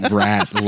rat